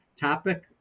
topic